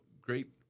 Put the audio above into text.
great